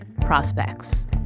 prospects